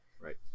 right